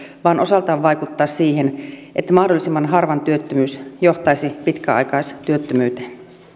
vaan osaltaan vaikuttaa siihen että mahdollisimman harvan työttömyys johtaisi pitkäaikaistyöttömyyteen